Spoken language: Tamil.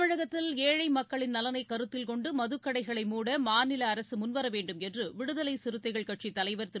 தமிழகத்தில் ஏழை மக்களின் நலனைக் கருத்தில் கொண்டு மதுக்கடைகளை மூட மாநில அரசு முன்வர வேண்டும் என்று விடுதலை சிறுத்தைகள் கட்சியின் தலைவர் திரு